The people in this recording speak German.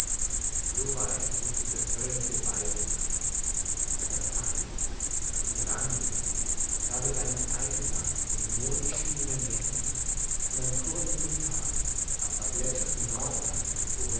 weit mußte ich das höllentier beißen lassen da packte ich es und rang mit ihm da begann ich einsam in mondbeschienenen nächten und an kurzen mittagen am vergletscherten nordhang des